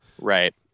Right